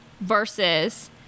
versus